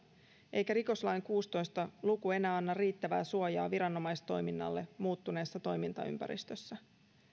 eikä rikoslain kuusitoista luku enää anna riittävää suojaa viranomaistoiminnalle muuttuneessa toimintaympäristössä